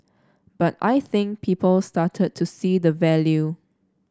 but I think people started to see the value